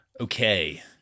Okay